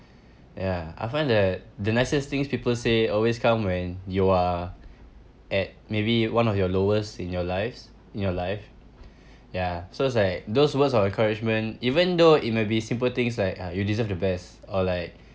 ya I find that the nicest things people say always come when you are at maybe one of your lowest in your lives in your life ya so it's like those words of encouragement even though it may be simple things like uh you deserve the best or like